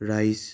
rice